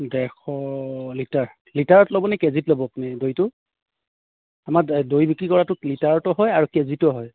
ডেৰশ লিটাৰ লিটাৰত ল'বনে কেজিত ল'ব আপুনি দৈটো আমাৰ দৈ বিক্ৰী কৰাটো লিটাৰতো হয় আৰু কেজিতো হয়